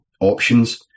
options